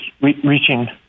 reaching